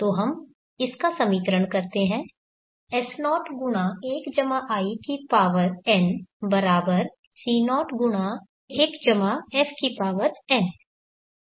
तो हम इसका समीकरण करते है S01in C01fn के बराबर करेंगे